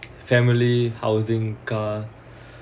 family housing car